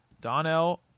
Donnell